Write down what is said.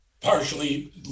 partially